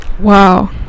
Wow